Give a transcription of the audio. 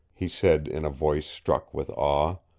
he said in a voice struck with awe.